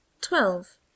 Twelve